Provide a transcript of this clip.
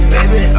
Baby